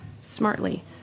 smartly